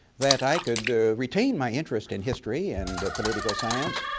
that i could retain my interest in history and political science,